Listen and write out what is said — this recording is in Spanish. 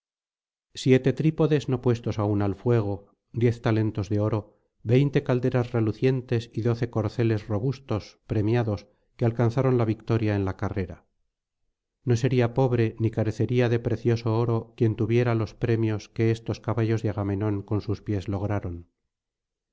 siete trípodes no puestos aún al fuego diez talentos de oro veinte calderas relucientes y doce corceles robustos premiados que alcanzaron la victoria en la carrera no sería pobre ni carecería de precioso oro quien tuviera los premios que estos caballos de agamenón con sus pies lograron